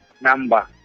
number